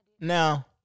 Now